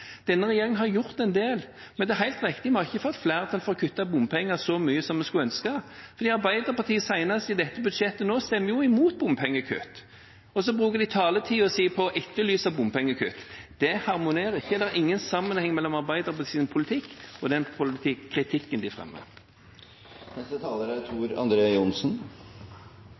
Denne regjeringen har gjort en del, men det er helt riktig, vi har ikke fått flertall for å kutte bompenger så mye som vi skulle ønske, fordi Arbeiderpartiet, senest i dette budsjettet nå, stemmer imot bompengekutt. Så bruker de taletiden sin på å etterlyse bompengekutt. Det harmonerer ikke. Det er ingen sammenheng mellom Arbeiderpartiets politikk og den kritikken de fremmer. Dette er